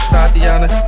Tatiana